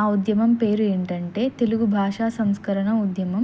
ఆ ఉద్యమం పేరు ఏమిటి అంటే తెలుగు భాషా సంస్కరణ ఉద్యమం